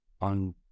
on